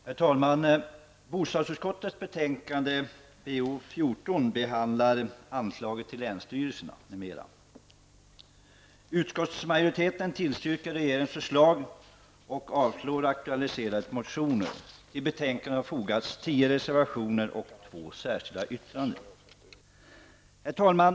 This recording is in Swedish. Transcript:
Herr talman! Bostadsutskottets betänkande Utskottsmajoriteten tillstyrker regeringens förslag och avstyrker aktualiserade motioner. Till betänkandet har fogats 10 reservationer och två särskilda yttranden. Herr talman!